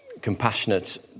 compassionate